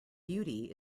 beauty